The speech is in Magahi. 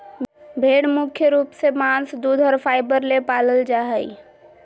भेड़ मुख्य रूप से मांस दूध और फाइबर ले पालल जा हइ